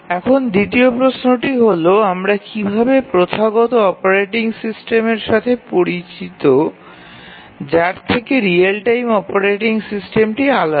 এখন দ্বিতীয় প্রশ্নটি হল কীভাবে প্রথাগত অপারেটিং সিস্টেমের থেকে রিয়েল টাইম অপারেটিং সিস্টেমটি আলাদা